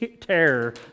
terror